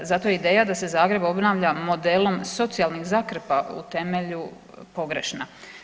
Zato je ideja da se Zagreb obnavlja modelom socijalnih zakrpa u temelju pogrešna.